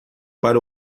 para